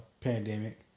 pandemic